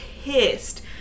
pissed